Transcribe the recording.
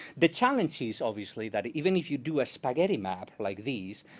the challenge is, obviously, that even if you do a spaghetti map like these,